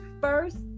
first